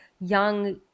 young